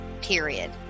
period